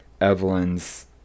Evelyn's